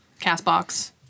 CastBox